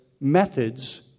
methods